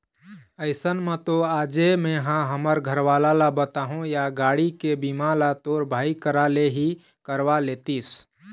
अइसन म तो आजे मेंहा हमर घरवाला ल बताहूँ या गाड़ी के बीमा ल तोर भाई करा ले ही करवा लेतिस